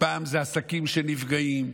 פעם זה עסקים שנפגעים,